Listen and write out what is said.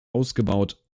ausgebaut